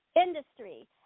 industry